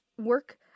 work